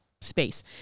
space